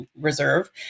reserve